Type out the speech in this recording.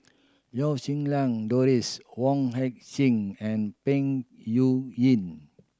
Lau Siew Lang Doris Wong Heck Sing and Peng